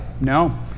No